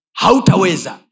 hautaweza